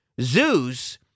Zeus